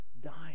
dying